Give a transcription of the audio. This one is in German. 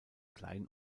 klein